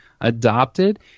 adopted